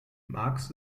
magst